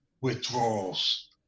withdrawals